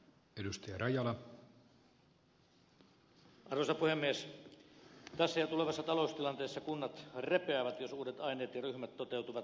tässä ja tulevassa taloustilanteessa kunnat repeävät jos uudet aineet ja ryhmät toteutuvat